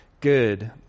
good